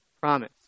promise